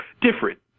different